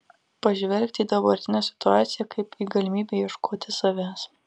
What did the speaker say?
pažvelgti į dabartinę situaciją kaip į galimybę ieškoti savęs